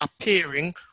appearing